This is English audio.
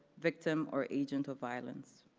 victim, or agent of violence.